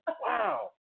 wow